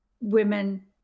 women